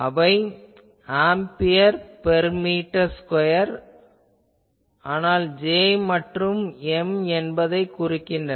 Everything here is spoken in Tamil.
அவை ஆம்பியர் பெர் மீட்டர் ஸ்கொயர் ஆனால் J மற்றும் M என்பதைக் குறிக்கின்றன